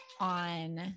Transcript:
on